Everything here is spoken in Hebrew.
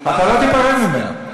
אתה לא תיפרד ממנו.